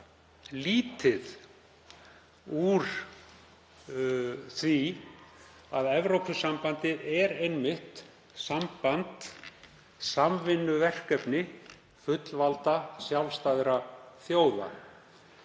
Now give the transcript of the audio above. lítið úr því að Evrópusambandið er einmitt samband, samvinnuverkefni fullvalda sjálfstæðra þjóða.